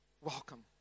Welcome